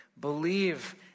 Believe